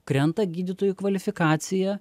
krenta gydytojų kvalifikacija